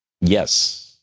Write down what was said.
Yes